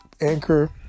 Anchor